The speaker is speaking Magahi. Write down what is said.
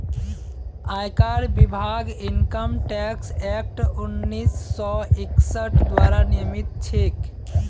आयकर विभाग इनकम टैक्स एक्ट उन्नीस सौ इकसठ द्वारा नियमित छेक